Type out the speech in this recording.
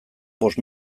bost